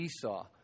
Esau